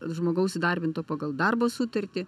žmogaus įdarbinto pagal darbo sutartį